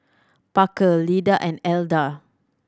Parker Lyda and Elda